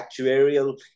actuarial